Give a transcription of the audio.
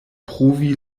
pruvi